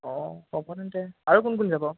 অঁ হ'ব তেন্তে আৰু কোন কোন যাব